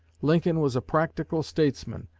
lincoln was a practical statesman,